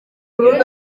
burundi